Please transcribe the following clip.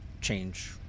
change